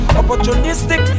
opportunistic